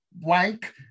wank